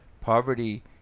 Poverty